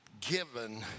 Given